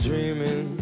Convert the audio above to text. Dreaming